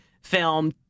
film